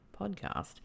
podcast